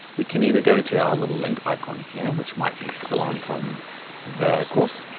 we can either go to our little link icon here which might be still on from the course,